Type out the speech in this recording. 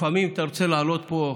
לפעמים אתה רוצה לעלות לפה,